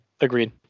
agreed